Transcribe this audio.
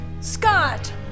scott